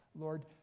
Lord